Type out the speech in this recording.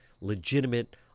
legitimate